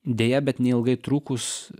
deja bet neilgai trukus